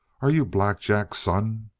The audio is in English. are you black jack's son?